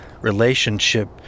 relationship